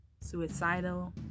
suicidal